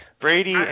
Brady